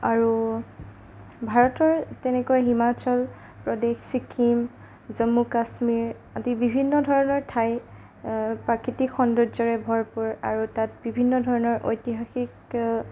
আৰু ভাৰতৰ তেনেকৈ হিমাচল প্ৰদেশ ছিকিম জম্মু কাশ্মীৰ আদি বিভিন্ন ধৰণৰ ঠাই প্ৰাকৃতিক সৌন্দৰ্যৰে ভৰপূৰ আৰু তাত বিভিন্ন ধৰণৰ ঐতিহাসিক